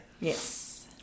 yes